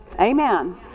Amen